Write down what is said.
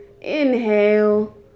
inhale